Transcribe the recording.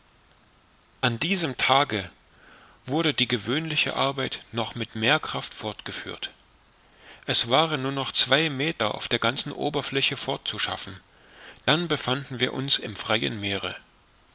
an diesem tage wurde die gewöhnliche arbeit noch mit mehr kraft fortgeführt es waren nur noch zwei meter auf der ganzen oberfläche fortzuschaffen dann befanden wir uns im freien meere